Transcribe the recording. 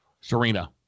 Serena